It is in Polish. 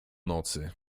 nocy